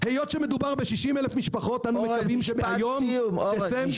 היות שמדובר ב-60,000 משפחות -- אורן, משפט סיום.